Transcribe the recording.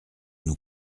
nous